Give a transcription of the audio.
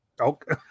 okay